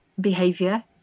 behavior